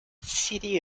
city